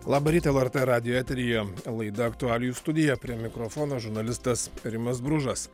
labą rytą lrt radijo eteryje laida aktualijų studija prie mikrofono žurnalistas rimas bružas